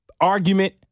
argument